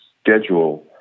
schedule